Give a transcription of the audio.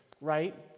right